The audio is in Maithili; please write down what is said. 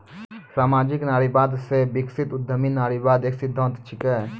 सामाजिक नारीवाद से विकसित उद्यमी नारीवाद एक सिद्धांत छिकै